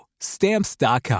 Stamps.com